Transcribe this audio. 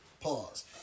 Pause